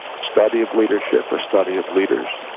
study of leadership, a study of leaders,